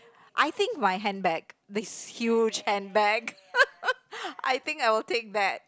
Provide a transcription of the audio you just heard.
I think my handbag this huge handbag I think I will take that